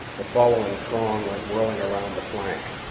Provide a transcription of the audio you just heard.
the following throng went whirling around the flank.